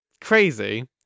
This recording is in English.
crazy